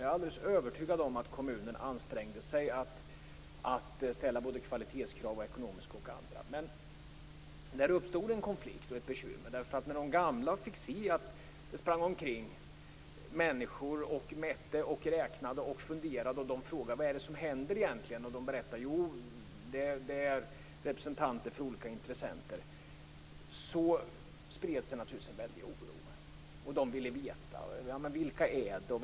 Jag är alldeles övertygad om att kommunen ansträngde sig för att ställa både kvalitetskrav och ekonomiska krav. Men det uppstod en konflikt. När de gamla fick se att det sprang omkring människor som mätte, räknade och funderade undrade de vilka det egentligen var. Jo, det var representanter för olika intressenter, och då spred det sig naturligtvis en väldig oro. De äldre ville veta: Vilka är de?